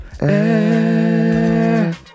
air